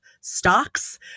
stocks